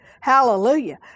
Hallelujah